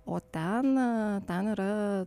o ten ten yra